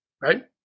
right